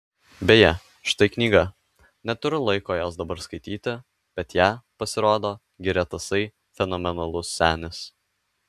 beje štai knyga neturiu laiko jos dabar skaityti bet ją pasirodo giria tasai fenomenalus senis